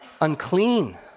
unclean